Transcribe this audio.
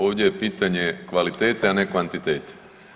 Ovdje je pitanje kvalitete, a ne kvantitete.